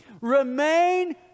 Remain